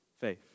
faith